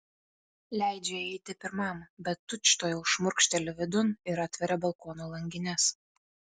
leidžia įeiti pirmam bet tučtuojau šmurkšteli vidun ir atveria balkono langines